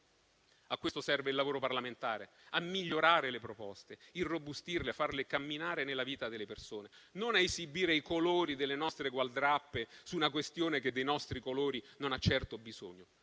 A questo serve il lavoro parlamentare, a migliorare le proposte, ad irrobustirle e farle camminare nella vita delle persone; non ad esibire, invece, i colori delle nostre gualdrappe su una questione che dei nostri colori non ha certo bisogno.